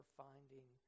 finding